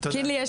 קינלי,